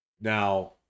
Now